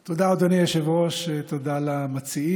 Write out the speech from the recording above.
תודה, אדוני היושב-ראש, ותודה למציעים.